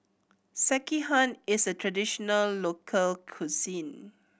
sekihan is a traditional local cuisine